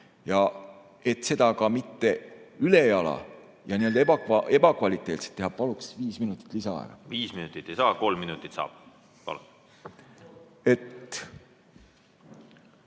Ja et seda mitte ülejala ja ebakvaliteetselt teha ... Palun viis minutit lisaaega! Viis minutit ei saa, kolm minutit saab.